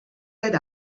let